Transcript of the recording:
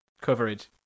coverage